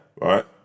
right